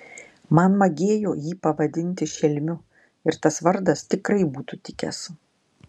man magėjo jį pavadinti šelmiu ir tas vardas tikrai būtų tikęs